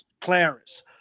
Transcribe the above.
Clarence